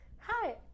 hi